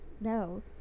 No